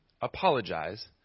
apologize